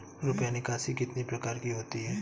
रुपया निकासी कितनी प्रकार की होती है?